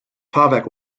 fahrwerk